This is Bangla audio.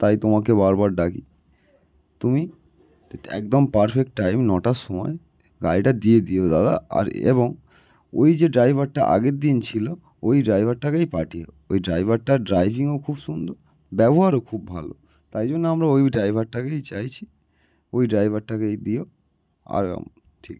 তাই তোমাকে বারবার ডাকি তুমি একদম পারফেক্ট টাইম নটার সময় গাড়িটা দিয়ে দিও দাদা আর এবং ওই যে ড্রাইভারটা আগের দিন ছিলো ওই ড্রাইভারটাকেই পাঠিয়ে ওই ড্রাইভারটার ড্রাইভিংও খুব সুন্দর ব্যবহারও খুব ভালো তাই জন্য আমরা ওই ড্রাইভারটাকেই চাইছি ওই ড্রাইভারটাকেই দিও আরাম ঠিক